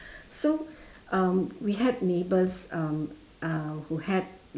so um we had neighbours um uh who had